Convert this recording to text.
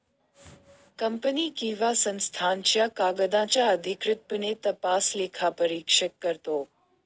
company किंवा संस्थांच्या कागदांचा अधिकृतपणे तपास लेखापरीक्षक करतो